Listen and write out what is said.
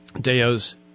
Deo's